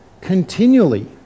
continually